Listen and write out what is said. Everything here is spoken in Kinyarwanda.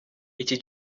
iki